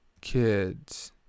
kids